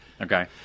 okay